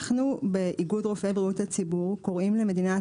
אנחנו באיגוד רופאי בריאות הציבור קוראים למדינת